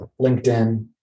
LinkedIn